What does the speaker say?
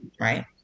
right